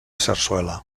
sarsuela